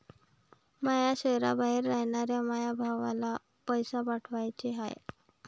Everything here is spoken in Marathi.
माया शैहराबाहेर रायनाऱ्या माया भावाला पैसे पाठवाचे हाय